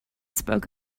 spoke